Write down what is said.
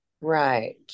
right